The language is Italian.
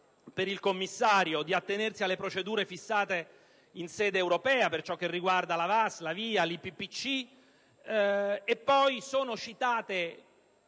per il commissario di attenersi alle procedure fissate in sede europea per ciò che riguarda la VAS, la VIA, l'IPPC. Inoltre,